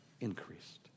increased